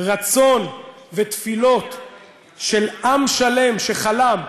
רצון ותפילות של עם שלם שחלם,